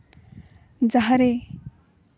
ᱡᱟᱦᱟᱸᱨᱮ